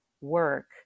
work